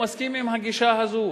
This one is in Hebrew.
הוא מסכים עם הגישה הזאת,